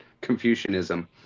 Confucianism